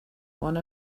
one